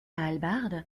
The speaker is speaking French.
hallebarde